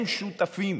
הם שותפים,